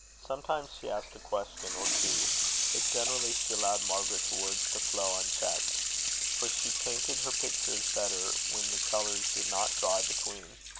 sometimes she asked a question or two but generally she allowed margaret's words to flow unchecked for she painted her pictures better when the colours did not dry between.